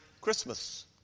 Christmas